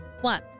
one